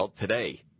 today